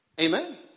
Amen